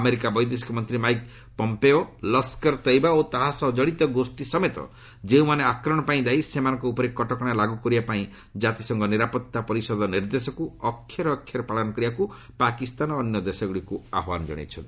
America ବୈଦେଶିକ ମନ୍ତ୍ରୀ Mike Pompeo Lashkar-e Taiba ଓ ତାହା ସହ କଡ଼ିତ ଗୋଷ୍ଠୀ ସମେତ ଯେଉଁମାନେ ଆକ୍ରମଣପାଇଁ ଦାୟି ସେମାନଙ୍କ ଉପରେ କଟକଣା ଲାଗ୍ର କରିବା ଲାଗି ଜାତିସଂଘ ନିରାପଭା ପରିଷଦ ନିର୍ଦ୍ଦେଶକୁ ଅକ୍ଷରେ ଅକ୍ଷରେ ପାଳନ କରିବାକୁ ପାକିସ୍ତାନ ଓ ଅନ୍ୟ ଦେଶଗୁଡ଼ିକୁ ଆହ୍ୱାନ ଦେଇଛନ୍ତି